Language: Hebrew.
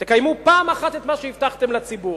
תקיימו פעם אחת את מה שהבטחתם לציבור: